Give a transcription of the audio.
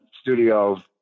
studio